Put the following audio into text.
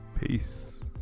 peace